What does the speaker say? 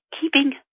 keeping